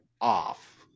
off